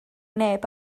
neb